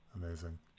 Amazing